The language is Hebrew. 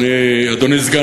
אדוני סגן